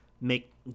make